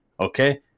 Okay